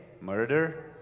murder